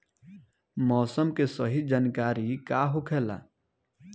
मौसम के सही जानकारी का होखेला?